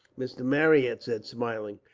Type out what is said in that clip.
mrs. marryat said, smiling.